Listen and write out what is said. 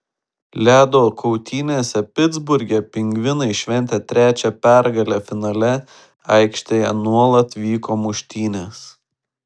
ledo kautynėse pitsburge pingvinai šventė trečią pergalę finale aikštėje nuolat vyko muštynės